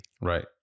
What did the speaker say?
Right